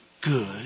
good